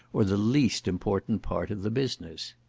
or the least important part of the business.